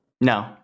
No